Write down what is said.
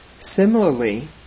Similarly